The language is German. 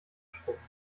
schrubben